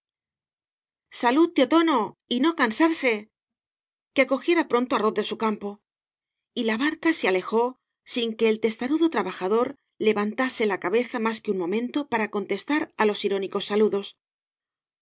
slud tío tono y no cansarse que cogiera pronto arroz de u campo y la barca se alejó bín que el testarudo trabajador levantase la cabeza mas que un momento para contestar á los irónicos saludos